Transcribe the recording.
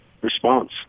response